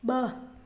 ब॒